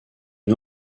une